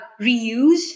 reuse